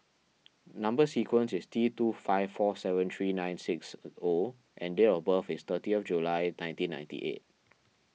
Number Sequence is T two five four seven three nine six O and date of birth is thirty of July nineteen ninety eight